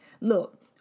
Look